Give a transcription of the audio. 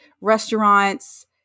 restaurants